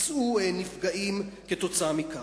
יצאו נפגעים כתוצאה מכך.